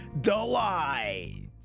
Delight